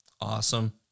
Awesome